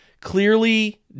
clearly